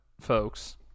folks